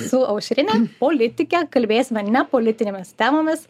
su aušrine politike kalbėsime ne politinėmis temomis